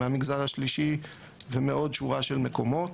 מהמגזר השלישי ומעוד שורה של מקומות.